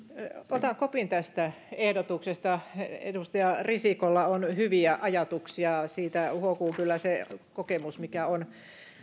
otan kopin tästä ehdotuksesta edustaja risikolla on hyviä ajatuksia niistä huokuu kyllä se kokemus mikä on